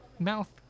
mouth